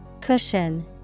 Cushion